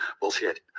Bullshit